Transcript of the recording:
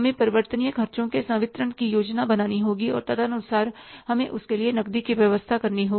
हमें परिवर्तनशील खर्चों के संवितरण की योजना बनानी होगी और तदनुसार हमें उसके लिए नकदी की व्यवस्था करनी होगी